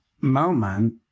moment